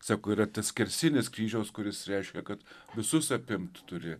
sako yra tas skersinis kryžiaus kuris reiškia kad visus apimt turi